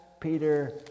Peter